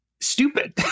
stupid